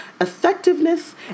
effectiveness